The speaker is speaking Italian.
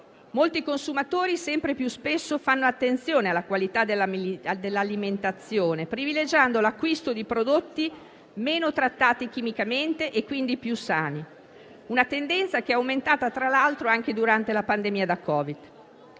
Molti consumatori sempre più spesso fanno attenzione alla qualità dell'alimentazione, privilegiando l'acquisto di prodotti meno trattati chimicamente e quindi più sani. Si tratta di una tendenza che è aumentata, tra l'altro, anche durante la pandemia da Covid-19.